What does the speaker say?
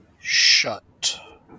shut